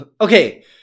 okay